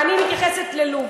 ואני מתייחסת ללוב,